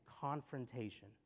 confrontation